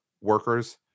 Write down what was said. workers